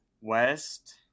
west